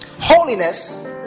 Holiness